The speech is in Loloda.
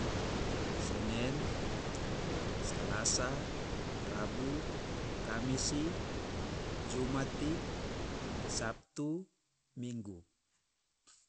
Senen, salasa, rabu, kamisi, jumati, sabtu, minggu.